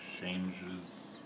changes